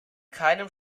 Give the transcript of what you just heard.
keinem